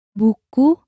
buku